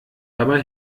dabei